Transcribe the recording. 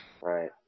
Right